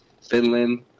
Finland